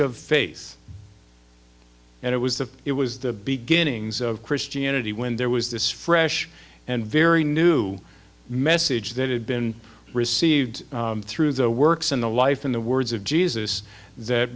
of face and it was the it was the beginnings of christianity when there was this fresh and very new message that had been received through the works and the life in the words of jesus that